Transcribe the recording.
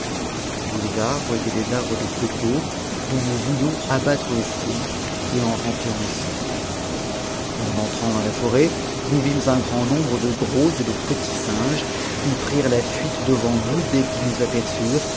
tous les arbres étaient des arbres de cocos dont nous voulions abattre le fruit et en remjttir nos sacs en entrant dans la forêt nous vîmes un grand nombre de j ros et de petits singes qui prirent la fuite devant nous dès qu'ils nous